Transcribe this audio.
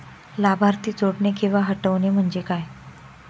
लाभार्थी जोडणे किंवा हटवणे, म्हणजे काय?